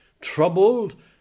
troubled